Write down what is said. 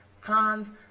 Cons